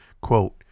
Quote